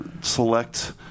select